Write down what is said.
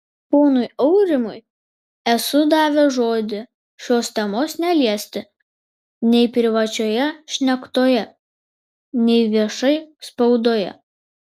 ponui aurimui esu davęs žodį šios temos neliesti nei privačioje šnektoje nei viešai spaudoje